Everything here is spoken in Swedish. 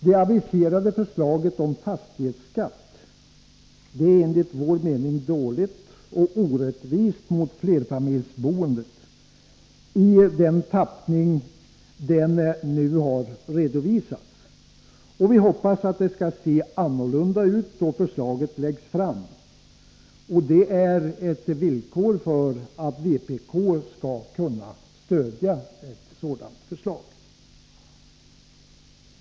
Det aviserade förslaget om fastighetsskatt är i den tappning som nu har redovisats enligt vår mening dåligt och orättvist mot flerfamiljsboendet. Vi hoppas att förslaget skall se annorlunda ut då det läggs fram. Det är ett villkor för att vpk skall kunna stödja det.